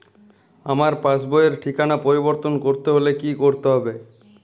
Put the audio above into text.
আমার পাসবই র ঠিকানা পরিবর্তন করতে হলে কী করতে হবে?